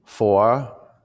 four